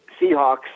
Seahawks